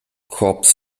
korps